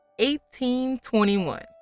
18.21